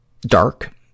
dark